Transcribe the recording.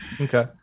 Okay